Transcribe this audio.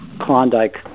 Klondike